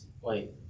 wait